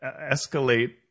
escalate